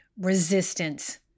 resistance